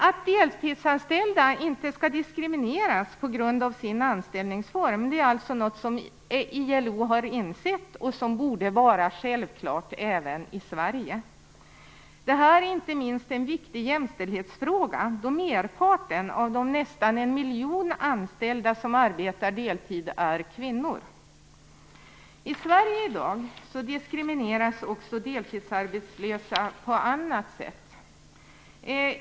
Att deltidsanställda inte skall diskrimineras på grund av sin anställningsform är något som ILO har insett, och som borde vara självklart även i Sverige. Det är inte minst en viktig jämställdhetsfråga, då merparten av de nästan en miljon anställda som arbetar deltid är kvinnor. I Sverige i dag diskrimineras deltidsarbetslösa också på annat sätt.